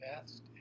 best